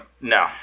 No